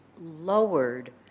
lowered